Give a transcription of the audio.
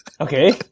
Okay